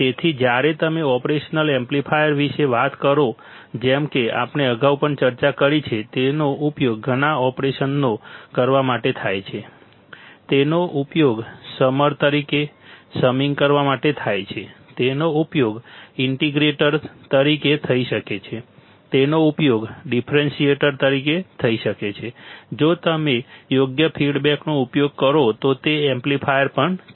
તેથી જ્યારે તમે ઓપરેશનલ એમ્પ્લીફાયર વિશે વાત કરો જેમ કે આપણે અગાઉ પણ ચર્ચા કરી છે તેનો ઉપયોગ ઘણા ઓપરેશનો કરવા માટે થાય છે ત્તેનો ઉપયોગ સમર તરીકે સમિંગ કરવા માટે થાય છે તેનો ઉપયોગ ઇન્ટિગ્રેટર તરીકે થઈ શકે છે તેનો ઉપયોગ ડિફરન્શીએટર તરીકે થઈ શકે છે જો તમે યોગ્ય ફીડબેકનો ઉપયોગ કરો તો તે એમ્પ્લીફાયર પણ છે